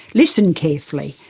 listen carefully,